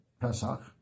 Pesach